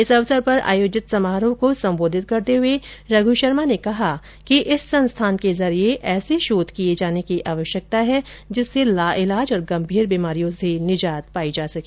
इस अवसर पर आयोजित समारोह को संबोधित करते हुए रघु शर्मा ने कहा कि इस संस्थान के जरिये ऐसे शोध किये जाने की आवश्यकता है जिससे लाइलाज और गंभीर बीमारियों से निजात पाई जा सके